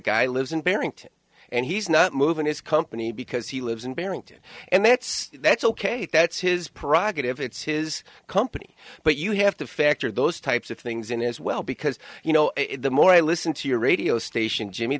barrington and he's not moving his company because he lives in barrington and that's that's ok that's his prerogative it's his company but you have to factor those types of things in as well because you know the more i listen to your radio station jimmy